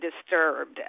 disturbed